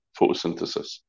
photosynthesis